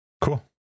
cool